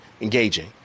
engaging